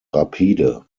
rapide